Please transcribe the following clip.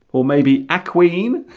or maybe a queen